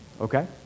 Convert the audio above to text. okay